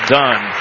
done